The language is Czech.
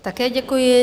Také děkuji.